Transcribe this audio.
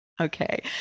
Okay